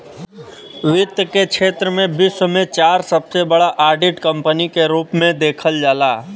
वित्त के क्षेत्र में विश्व में चार सबसे बड़ा ऑडिट कंपनी के रूप में देखल जाला